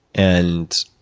and,